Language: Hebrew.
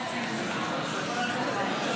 הבא.